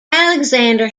alexander